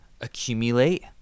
accumulate